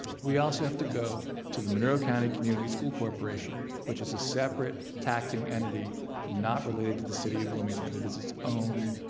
we also have to go to the monroe county community school corporation which is a separate taxing entity not related to the city of bloomington. it is its own